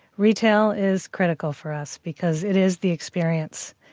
retail is critical for us because it is the experience.